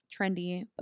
trendy